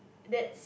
that's